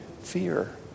fear